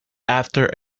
after